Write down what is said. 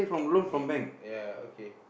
okay ya okay